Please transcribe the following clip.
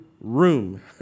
room